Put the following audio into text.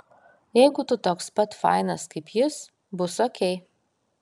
jeigu tu toks pat fainas kaip jis bus okei